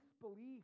disbelief